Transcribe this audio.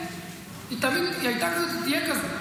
היא תמיד הייתה כזאת, והיא תהיה כזאת.